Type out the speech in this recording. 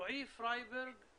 רועי פריברג,